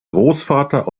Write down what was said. großvater